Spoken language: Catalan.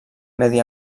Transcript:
medi